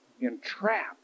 entrapped